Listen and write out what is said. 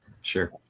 Sure